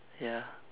ya